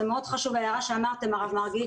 זה מאוד חשוב ההערה שאמרתם הרב מרגי,